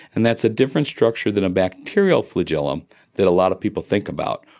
and that's a different structure than a bacterial flagellum that a lot of people think about,